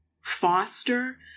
foster